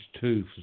two